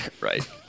Right